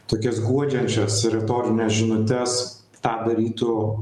tokias guodžiančias retorines žinutes tą darytų